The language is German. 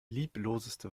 liebloseste